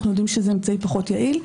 אנחנו יודעים שזה אמצעי פחות יעיל.